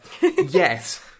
yes